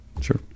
Sure